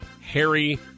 Harry